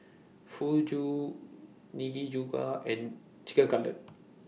Fugu Nikujaga and Chicken Cutlet